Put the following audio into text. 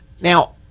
Now-